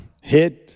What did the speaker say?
hit